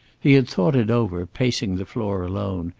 he had thought it over, pacing the floor alone,